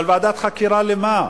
אבל ועדת חקירה למה?